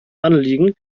anliegen